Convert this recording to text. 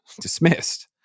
dismissed